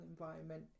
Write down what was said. environment